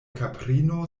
kaprino